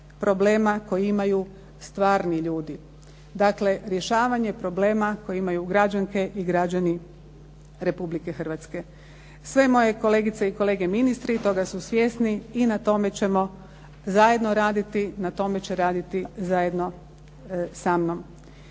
problema koji imaju stvarni ljudi, dakle rješavanje problema koje imaju građanke i građani Republike Hrvatske. Sve moje kolegice i kolege ministri toga su svjesni i na tome ćemo zajedno raditi, na tome će raditi zajedno sa mnom.